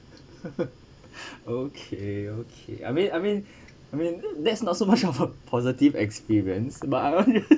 okay okay I mean I mean I mean that's not so much of a positive experience but I want to